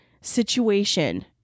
situation